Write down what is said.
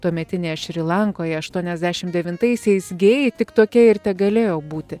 tuometinėje šri lankoje aštuoniasdešimt devintaisiais gėjai tik tokie ir tegalėjo būti